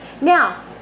Now